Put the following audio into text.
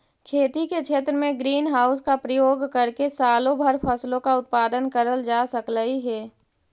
खेती के क्षेत्र में ग्रीन हाउस का प्रयोग करके सालों भर फसलों का उत्पादन करल जा सकलई हे